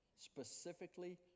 specifically